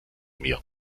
mir